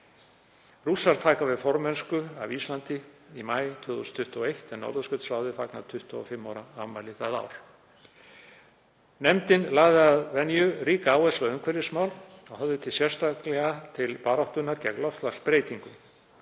Rússar taka við formennsku af Íslandi í maí 2021 en Norðurskautsráðið fagnar 25 ára afmæli það ár. Nefndin lagði að venju ríka áherslu á umhverfismál og horfði sérstaklega til baráttunnar gegn loftslagsbreytingum.